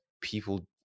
people